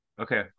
Okay